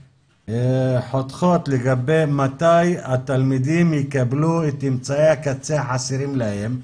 חותכות לגבי מתי התלמידים יקבלו את אמצעי הקצה החסרים להם,